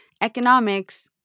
economics